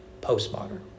post-modern